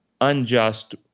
unjust